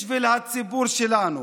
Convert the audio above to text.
בשביל הציבור שלנו,